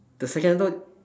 the second adult